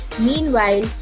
Meanwhile